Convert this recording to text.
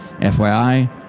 FYI